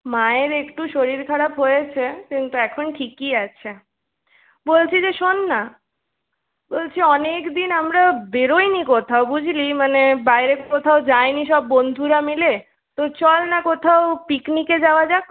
মায়ের একটু শরীর খারাপ হয়েছে কিন্তু এখন ঠিকই আছে বলছি যে শোন না বলছি অনেক দিন আমরা বেরোই নি কোথাও বুঝলি মানে বাইরে কোথাও যাইনি সব বন্ধুরা মিলে তো চল না কোথাও পিকনিকে যাওয়া যাক